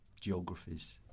geographies